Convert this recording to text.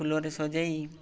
ଫୁଲରେ ସଜେଇ